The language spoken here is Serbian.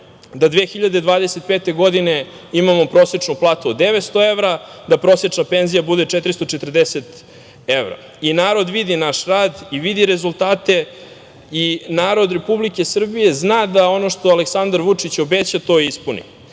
da 2025. godine imamo prosečnu platu od 900 evra, da prosečna penzija bude 440 evra. Narod vidi naš rad i vidi rezultate i narod Republike Srbije zna da ono što Aleksandar Vučić obeća to i ispuni.